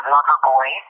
Loverboy